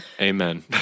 amen